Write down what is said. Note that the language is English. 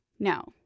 No